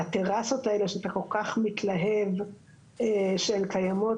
הטרסות האלה שאתה כל כך מתלהב שהן קיימות